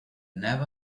never